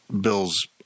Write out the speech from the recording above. Bill's